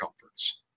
comforts